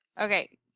Okay